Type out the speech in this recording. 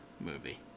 movie